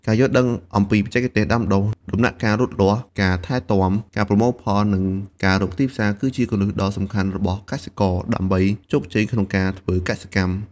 ការយល់ដឹងអំពីបច្ចេកទេសដាំដុះ ដំណាក់កាលលូតលាស់ ការថែទាំ ការប្រមូលផល និងការរកទីផ្សារ គឺជាគន្លឹះដ៏សំខាន់របស់កសិករ ដើម្បីជោគជ័យក្នុងការធ្វើកសិកម្ម។